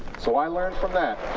so i learned from that.